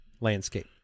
landscape